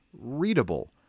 readable